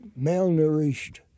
malnourished